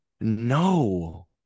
No